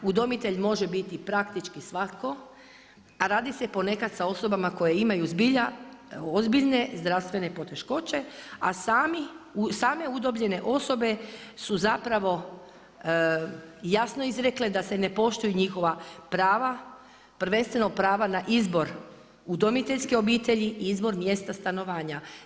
Udomitelj može biti praktički svatko, a radi se ponekad o osobama koje imaju zbilja ozbiljne zdravstvene poteškoće, a same udomljene osobe su zapravo jasno izrekle da se ne poštuju njihova prava, prvenstveno prava na izbor udomiteljske obitelji i izbor mjesta stanovanja.